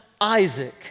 Isaac